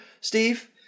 Steve